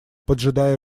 поджидая